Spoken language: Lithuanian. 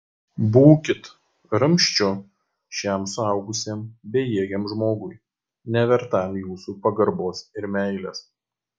būkit ramsčiu šiam suaugusiam bejėgiam žmogui nevertam jūsų pagarbos ir meilės